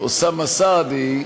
אוסאמה סעדי,